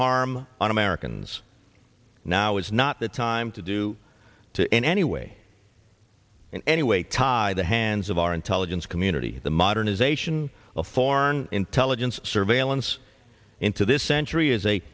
harm on americans now is not the time to do to in any way in any way tie the hands of our intelligence community the modernization of foreign intelligence surveillance into this century is a